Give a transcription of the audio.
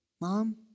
Mom